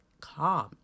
calm